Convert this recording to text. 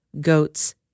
goats